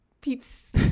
peeps